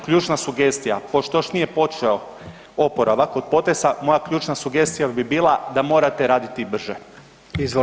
Ključna sugestija, pošto još nije počeo oporavak od potresa, moja ključna sugestija bi bila da morate raditi brže.